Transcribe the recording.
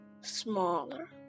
smaller